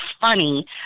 funny